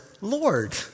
Lord